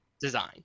design